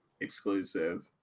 exclusive